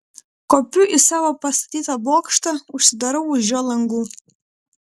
kopiu į savo pastatytą bokštą užsidarau už jo langų